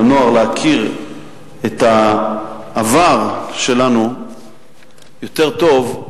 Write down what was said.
לנוער להכיר את העבר שלנו יותר טוב,